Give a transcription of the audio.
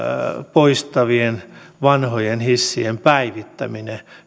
poistavien vanhojen hissien päivittämiseen